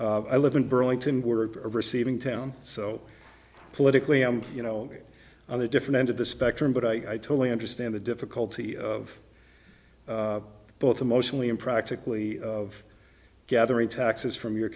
i live in burlington were receiving town so politically i'm you know on a different end of the spectrum but i totally understand the difficulty of both emotionally and practically of gathering taxes from your